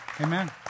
Amen